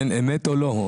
אמת או לא.